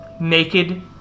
naked